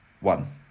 one